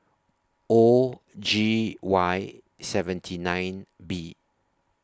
O G Y seventy nine B